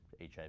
HIV